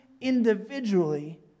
individually